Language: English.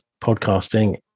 podcasting